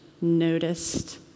noticed